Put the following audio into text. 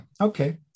Okay